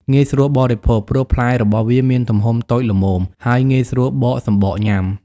ងាយស្រួលបរិភោគ ព្រោះផ្លែរបស់វាមានទំហំតូចល្មម ហើយងាយស្រួលបកសំបកញ៉ាំ។